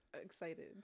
excited